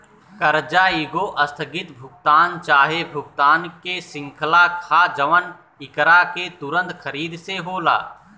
कर्जा एगो आस्थगित भुगतान चाहे भुगतान के श्रृंखला ह जवन एकरा के तुंरत खरीद से होला